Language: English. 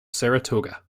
saratoga